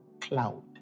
cloud